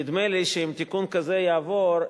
נדמה לי שאם תיקון כזה יעבור,